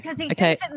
Okay